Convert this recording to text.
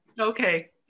okay